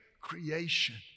creation